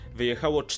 wyjechało